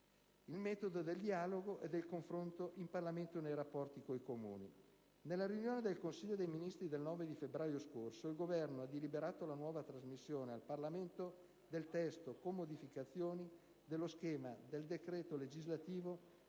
del metodo del dialogo e del confronto in Parlamento nei rapporti con i Comuni. Nella riunione del Consiglio dei ministri del 9 febbraio scorso, il Governo ha deliberato la nuova trasmissione al Parlamento del testo con modificazioni dello schema del decreto legislativo